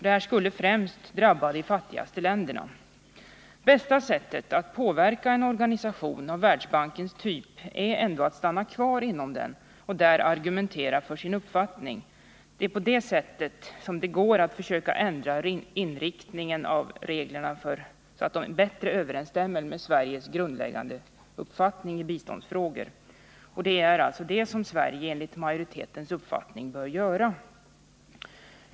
Detta skulle främst drabba de fattigaste länderna. Bästa sättet att påverka en organisation av Världsbankens typ är ändå att stanna kvar inom den och där argumentera för sin uppfattning. Det är på det sättet man kan försöka ändra inriktningen av reglerna så att de bättre överensstämmer med Sveriges grundläggande uppfattning i biståndsfrågor, och det är vad Sverige enligt utskottsmajoritetens uppfattning bör göra.